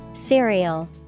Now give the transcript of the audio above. Cereal